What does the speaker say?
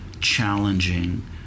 challenging